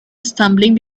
stumbling